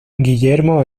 guillermo